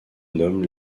nomment